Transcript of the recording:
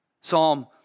Psalm